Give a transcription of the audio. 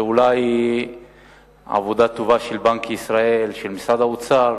זה אולי עבודה טובה של בנק ישראל, של משרד האוצר